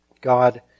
God